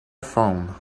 phone